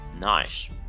Nice